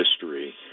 history